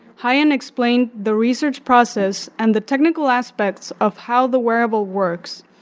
hayan explained the research process and the technical aspects of how the wearable works.